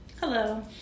hello